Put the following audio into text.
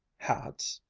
hats?